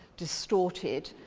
distorted,